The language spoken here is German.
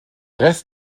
rest